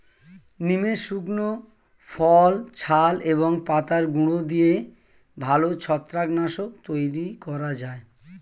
নিমের শুকনো ফল, ছাল এবং পাতার গুঁড়ো দিয়ে ভালো ছত্রাক নাশক তৈরি করা যায়